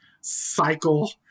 cycle